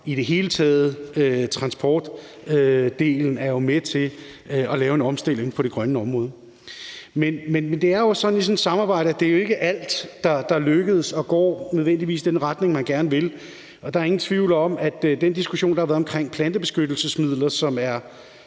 I det hele taget er transportdelen jo med til at lave en omstilling på det grønne område. Men det er jo også sådan i sådan et samarbejde, at det ikke er alt, der lykkes og nødvendigvis går i den retning, man gerne vil. Der er ingen tvivl om, at den diskussion, der har været om plantebeskyttelsesmidler,